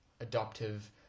adoptive